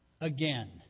again